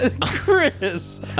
Chris